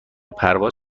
پرواز